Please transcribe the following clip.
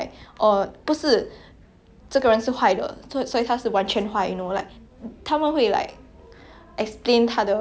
explain 他的目的 like 为什么他会变坏 that kind of thing you know yeah then it's like even though he's